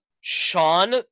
Sean